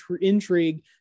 intrigue